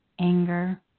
anger